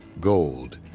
gold